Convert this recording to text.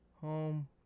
home